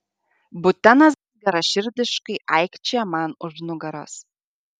butenas geraširdiškai aikčioja man už nugaros